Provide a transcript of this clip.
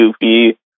goofy